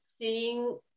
seeing